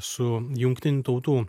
su jungtinių tautų